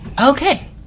Okay